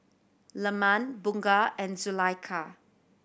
Leman Bunga and Zulaikha